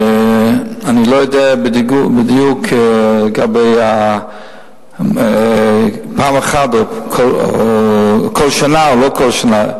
ואני לא יודע בדיוק לגבי פעם אחת או כל שנה או לא כל שנה.